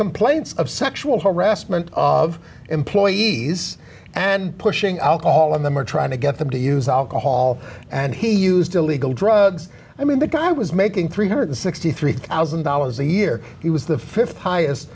complaints of sexual harassment of employees and pushing out all of them were trying to get them to use alcohol and he used illegal drugs i mean the guy was making three hundred and sixty three thousand dollars a year he was the th highest